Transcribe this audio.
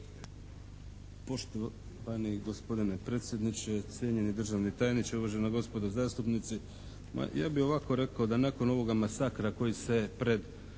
Poštovani gospodine predsjedniče, cijenjeni državni tajniče, uvažena gospodo zastupnici. Ma ja bih ovako rekao da nakon ovoga masakra koji se pred